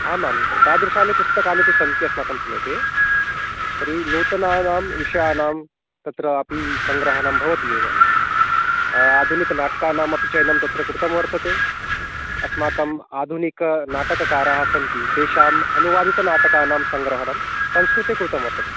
आमां तादृशानि पुस्तकानि तु सन्ति अस्माकं समीपे तर्हि नूतनानां विषयाणां तत्रापि सङ्ग्रहणं भवति एव आधुनिकनाटकानामपि चयनं तत्र कृतं वर्तते अस्माकम् आधुनिकनाटककाराः सन्ति तेषाम् अनुवादितनाटकानां सङ्ग्रहणं संस्कृते कृतं वर्तते